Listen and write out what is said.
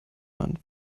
man